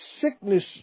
sickness